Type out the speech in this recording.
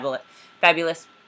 fabulous